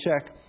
check